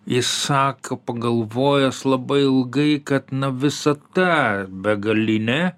jis sako pagalvojęs labai ilgai kad na visata begalinė